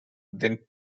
then